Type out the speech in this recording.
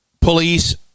police